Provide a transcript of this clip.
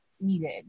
needed